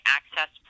Access